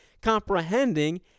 comprehending